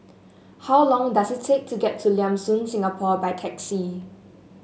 how long does it take to get to Lam Soon Singapore by taxi